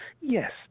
yes